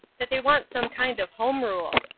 that they want some kind of home rule.